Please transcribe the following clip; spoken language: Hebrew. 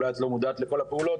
אולי את לא מודעת לכל הפעולות,